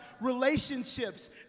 relationships